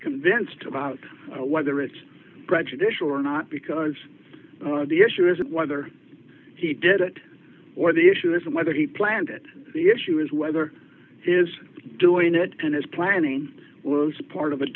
convinced about whether it's prejudicial or not because the issue isn't whether he did it or the issue isn't whether he planned it the issue is whether he is doing it and his planning was part of a